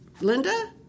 Linda